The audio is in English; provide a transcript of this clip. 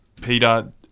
Peter